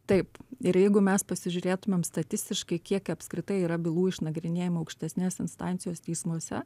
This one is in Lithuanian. taip ir jeigu mes pasižiūrėtumėm statistiškai kiek apskritai yra bylų išnagrinėjama aukštesnės instancijos teismuose